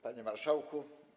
Panie Marszałku!